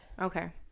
okay